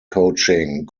coaching